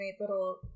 little